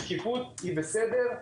שקיפות היא בסדר,